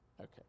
Okay